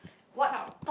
help